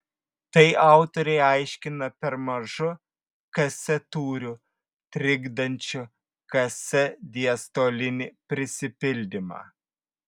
tai autoriai aiškina per mažu ks tūriu trikdančiu ks diastolinį prisipildymą